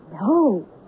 No